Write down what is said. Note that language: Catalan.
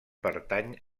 pertany